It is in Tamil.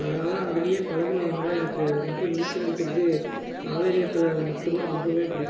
அதனால் அதுலேயே பழகுனதுனால எனக்கு ரொம்ப நீச்சல் அடிக்கிறது காவேரி ஆற்றுல மட்டும் தான் ரொம்பவே பிடிக்கும்